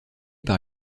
par